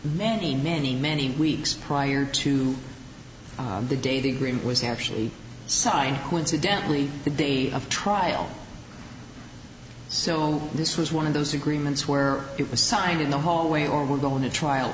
many many many weeks prior to the day the green was actually signed coincidentally the day of trial so this was one of those agreements where it was signed in the hallway or we're going to trial